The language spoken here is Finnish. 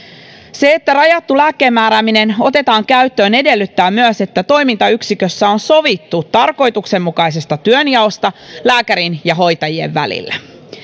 se että rajattu lääkkeenmäärääminen otetaan käyttöön edellyttää myös että toimintayksikössä on sovittu tarkoituksenmukaisesta työnjaosta lääkärin ja hoitajien välillä